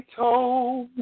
told